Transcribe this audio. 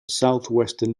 southwestern